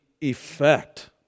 effect